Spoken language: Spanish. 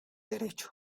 derecho